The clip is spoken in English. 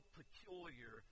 peculiar